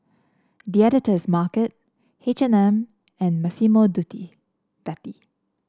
The Editor's Market H and M and Massimo Dutti